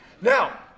Now